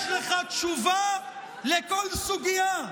יש לך תשובה לכל סוגיה.